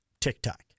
TikTok